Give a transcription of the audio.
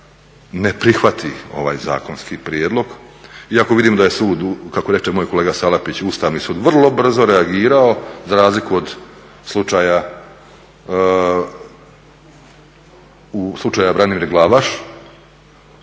ne prihvati ovaj zakonski prijedlog iako vidim da je sud, kako reče moj kolega Salapić, Ustavni sud vrlo brzo reagirao za razliku od slučaja Branimir Glavaš